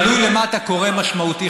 תלוי למה אתה קורא משמעותי,